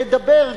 לדבר,